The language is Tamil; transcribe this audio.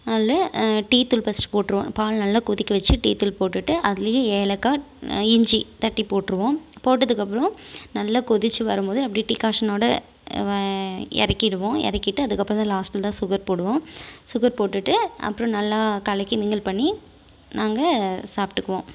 அதில் டீ தூள் ஃபஸ்ட்டு போட்டிருவோம் பால் நல்லா கொதிக்க வச்சி டீ தூள் போட்டுட்டு அதுலேயே ஏலக்காய் இஞ்சி தட்டி போட்டிருவோம் போட்டதுக்கு அப்புறம் நல்லா கொதிச்சு வரும்போது அப்படியே டீக்காஷ்னோட இறக்கிடுவோம் இறக்கிட்டு அதுக்கப்புறம் தான் லாஸ்ட்ல தான் சுகர் போடுவோம் சுகர் போட்டுட்டு அப்புறம் நல்லா கலக்கி மிங்கில் பண்ணி நாங்கள் சாப்பிட்டுக்குவோம்